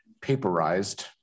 paperized